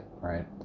right